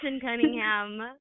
Cunningham